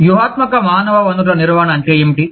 వ్యూహాత్మక మానవ వనరుల నిర్వహణ అంటే ఏమిటి